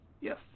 Yes